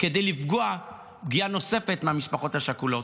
כדי למנוע פגיעה נוספת במשפחות השכולות.